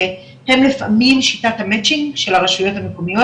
לפעמים שיטת המצ'ינג של הרשויות המקומיות,